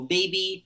Baby